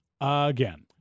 again